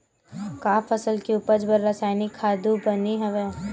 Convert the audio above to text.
का फसल के उपज बर रासायनिक खातु बने हवय?